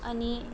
अनि